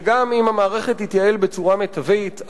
וגם אם המערכת תתייעל בצורה מיטבית,